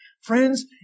Friends